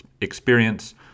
experience